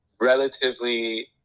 relatively